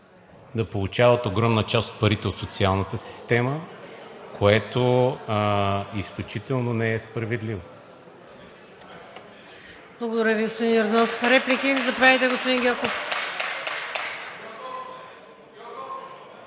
да получават огромна част от парите от социалната система, което изключително не е справедливо.